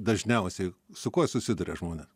dažniausiai su kuo susiduria žmonės